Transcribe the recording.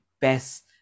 best